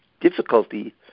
difficulty